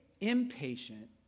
impatient